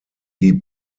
die